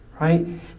Right